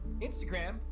Instagram